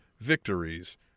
victories